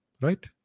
right